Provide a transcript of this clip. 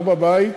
לא בבית,